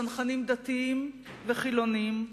צנחנים דתיים וחילונים,